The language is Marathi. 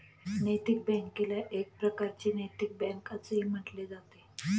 नैतिक बँकेला एक प्रकारची नैतिक बँक असेही म्हटले जाते